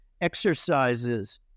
exercises